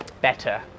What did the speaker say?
better